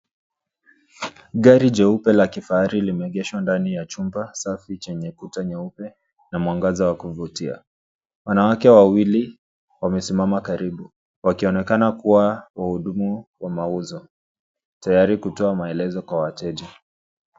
Gari jeupe la kifahari limeegeshwa ndani ya chumba safi chenye kuta nyeupe na mwangaza wa kuvutia. Wanawake wawili wamesimama karibu. Wakionekana kuwa wahudumu wa mauzo ,tayari kutoa maelezo kwa wateja.